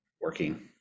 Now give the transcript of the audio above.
working